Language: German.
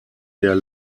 der